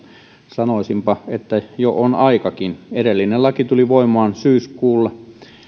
sanoisinpa että jo on aikakin edellinen laki tuli voimaan syyskuussa